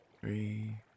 three